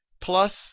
plus